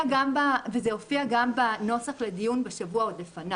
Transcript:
גם בנוסח לדיון בשבוע לפניו?